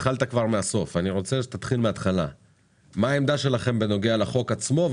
מה העמדה שלכם בנוגע לחוק עצמו?